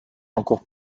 encore